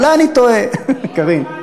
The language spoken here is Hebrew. אולי אני טועה, קארין.